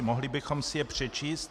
Mohli bychom si je přečíst?